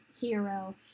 hero